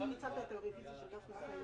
אני אסיר את זה במליאה, בסדר?